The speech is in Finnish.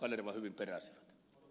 kanerva hyvin peräsivät